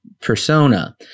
persona